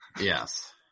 Yes